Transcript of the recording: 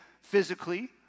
physically